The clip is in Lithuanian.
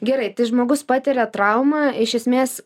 gerai tai žmogus patiria traumą iš esmės